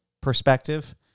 perspective